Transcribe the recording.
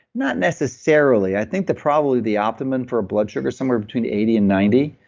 not necessarily. i think that probably the optimum for a blood sugar, somewhere between eighty and ninety,